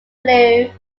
blue